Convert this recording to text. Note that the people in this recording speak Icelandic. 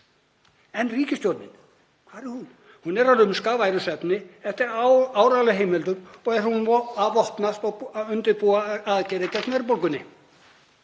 En ríkisstjórnin, hvar er hún? Hún er að rumska af værum svefni. Eftir áreiðanlegum heimildum er hún að vopnast og undirbúa aðgerðir gegn verðbólgunni.